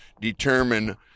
determine